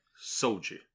Soldier